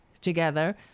together